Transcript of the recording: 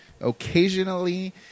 Occasionally